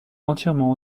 entièrement